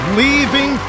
leaving